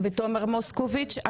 ותומר מוסקוביץ'.